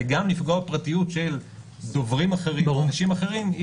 וגם לפגוע בפרטיות של דוברים אחרים או אנשים אחרים,